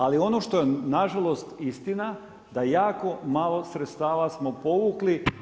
Ali ono što je na žalost istina da jako malo sredstava smo povukli.